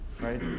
right